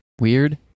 weird